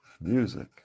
music